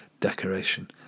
decoration